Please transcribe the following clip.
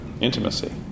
Intimacy